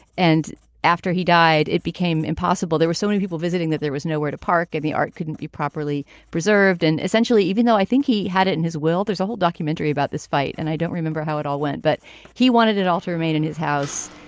and after he died, it became impossible. there were so many people visiting that there was nowhere to park and the art couldn't be properly preserved. and essentially, even though i think he had it in his will, there's a whole documentary about this fight. and i don't remember how it all went, but he wanted it all to remain in his house.